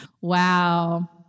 Wow